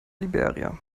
liberia